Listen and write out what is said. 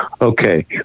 okay